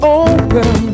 open